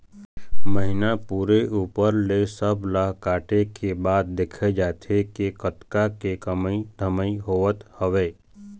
महिना पूरे ऊपर ले सब ला काटे के बाद देखे जाथे के कतका के कमई धमई होवत हवय